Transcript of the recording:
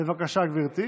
בבקשה, גברתי,